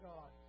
God